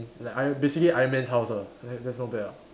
like ir~ basically iron man's house ah that that's not bad ah